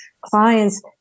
clients